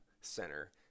center